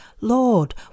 Lord